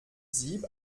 sieb